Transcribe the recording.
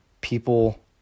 people